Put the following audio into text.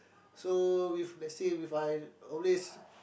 so with let's say if I always